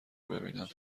ببینم